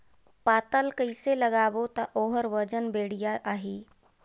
पातल कइसे लगाबो ता ओहार वजन बेडिया आही?